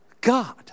God